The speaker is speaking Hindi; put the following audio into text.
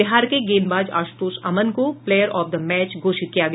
बिहार के गेंदबाज आशुतोष अमन को प्लेयर ऑफ द मैच घोषित किया गया